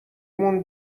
مون